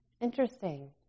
Interesting